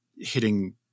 hitting